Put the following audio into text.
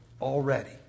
already